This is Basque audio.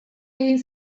egin